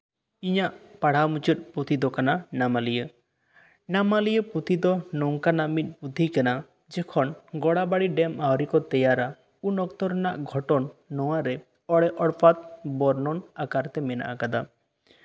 ᱤᱧᱟᱹᱜ ᱯᱟᱰᱦᱟᱣ ᱢᱩᱪᱟᱹᱫ ᱯᱩᱛᱷᱤ ᱫᱚ ᱠᱟᱱᱟ ᱱᱟᱢᱟᱞᱤᱭᱟᱹ ᱱᱟᱢᱟᱞᱤᱭᱟᱹ ᱯᱩᱛᱷᱤ ᱫᱚ ᱱᱚᱝᱠᱟᱱᱟᱜ ᱢᱤᱫ ᱯᱩᱛᱷᱤ ᱠᱟᱱᱟ ᱡᱚᱠᱷᱚᱱ ᱜᱚᱲᱟᱵᱟᱲᱤ ᱰᱮᱢ ᱟᱣᱨᱤ ᱠᱚ ᱛᱮᱭᱟᱨᱟ ᱩᱱ ᱚᱠᱛᱚ ᱨᱮᱭᱟᱜ ᱜᱷᱚᱴᱚᱱ ᱱᱚᱶᱟ ᱨᱮ ᱚᱲᱮᱼᱚᱲᱯᱟᱛ ᱵᱚᱨᱱᱚᱱ ᱟᱠᱟᱨ ᱛᱮ ᱢᱮᱱᱟᱜ ᱟᱠᱟᱫᱟ